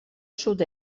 sud